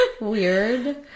Weird